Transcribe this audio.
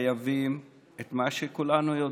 ואני רוצה לומר לכם שאנחנו חייבים את מה שכולנו יודעים